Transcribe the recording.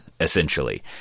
essentially